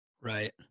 Right